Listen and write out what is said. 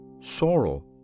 sorrow